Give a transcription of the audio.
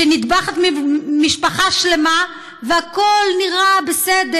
כשנטבחת משפחה שלמה והכול נראה בסדר,